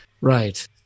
Right